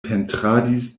pentradis